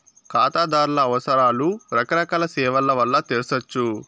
కాతాదార్ల అవసరాలు రకరకాల సేవల్ల వల్ల తెర్సొచ్చు